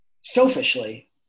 selfishly